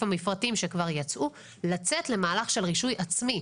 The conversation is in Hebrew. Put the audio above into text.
המפרטים שכבר יצאו לצאת למהלך של רישוי עצמי.